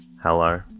Hello